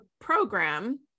program